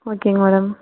ஓகேங்க மேடம்